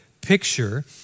picture